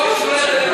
אנחנו,